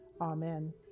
Amen